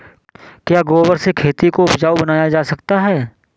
क्या गोबर से खेती को उपजाउ बनाया जा सकता है?